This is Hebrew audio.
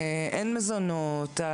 אין מזונות,